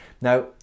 Now